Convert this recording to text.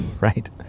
right